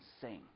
sing